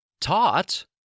Taught